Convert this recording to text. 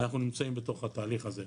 אנחנו נמצאים בתוך התהליך הזה.